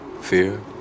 fear